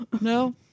no